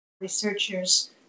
researchers